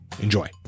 Enjoy